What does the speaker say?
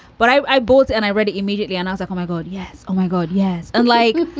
but i bought and i read it immediately and i was like, oh, my god, yes. oh, my god. yes. and like,